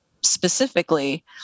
specifically